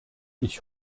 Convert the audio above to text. ich